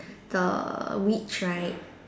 the witch right